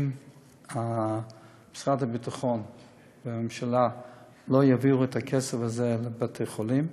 אם משרד הביטחון והממשלה לא יעבירו את הכסף הזה לבתי-חולים,